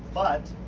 but